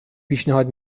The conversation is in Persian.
پیشنهاد